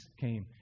came